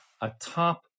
atop